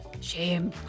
Shame